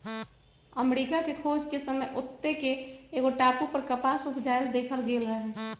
अमरिका के खोज के समय ओत्ते के एगो टापू पर कपास उपजायल देखल गेल रहै